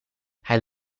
hij